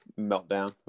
meltdown